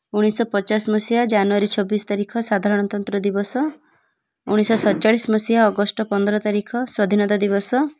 ଉଣେଇଶଶହ ପଚାଶ ମସିହା ଜାନୁଆରୀ ଛବିଶ ତାରିଖ ସାଧାରଣତନ୍ତ୍ର ଦିବସ ଉଣେଇଶଶହ ସତତଚାଳିଶ ମସିହା ଅଗଷ୍ଟ ପନ୍ଦର ତାରିଖ ସ୍ଵାଧୀନତା ଦିବସ